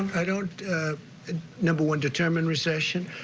i don't number one, determine recession.